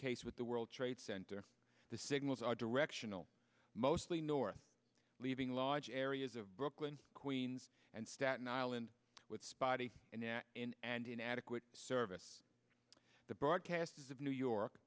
case with the world trade center the signals are directional mostly north leaving large areas of brooklyn queens and staten island with spotty in and inadequate service the borough castors of new york